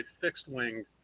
fixed-wing